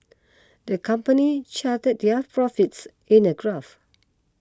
the company charted their profits in a graph